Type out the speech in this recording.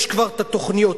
יש כבר תוכניות,